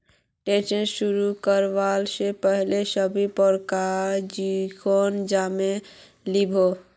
trading शुरू करवा स पहल सभी प्रकारेर जोखिम जाने लिबो